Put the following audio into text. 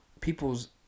people's